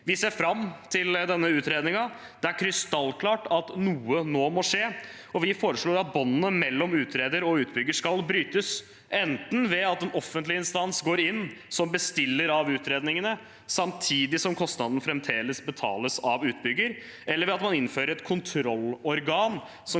Vi ser fram til denne utredningen. Det er krystallklart at noe nå må skje. Vi foreslår at båndene mellom utreder og utbygger skal brytes, enten ved at en offentlig instans går inn som bestiller av utredningene samtidig som kostnadene fremdeles betales av utbygger, eller at man innfører et kontrollorgan som